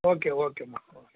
okay ஓகேம்மா okay